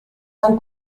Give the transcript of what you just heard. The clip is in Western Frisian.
dan